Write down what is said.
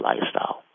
lifestyle